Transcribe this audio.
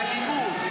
את הלימוד,